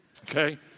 okay